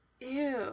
Ew